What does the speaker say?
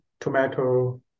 tomato